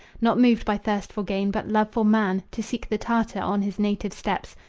not moved by thirst for gain, but love for man, to seek the tartar on his native steppes.